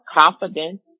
confidence